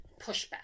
pushback